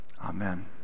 Amen